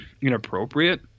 inappropriate